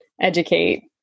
educate